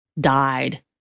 died